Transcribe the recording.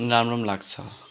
राम्रो पनि लाग्छ